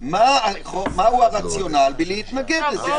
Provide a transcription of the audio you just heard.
מהו הרציונל בהתנגדות לזה?